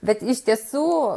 bet iš tiesų